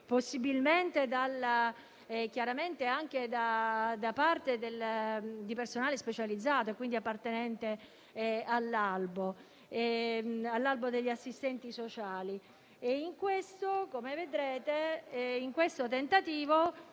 possibilmente da parte di personale specializzato appartenente all'albo degli assistenti sociali. Con questo tentativo